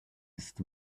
ist